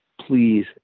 please